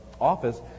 office